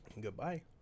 goodbye